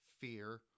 fear